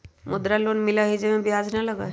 मुद्रा लोन मिलहई जे में ब्याज न लगहई?